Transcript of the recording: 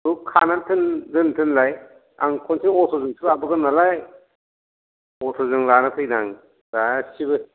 खानानै दोन दोननो थोनलाय आं खनसेनो अट'जोंसो लाबोगोन नालाय अट'जों लाना फैनां गासिबो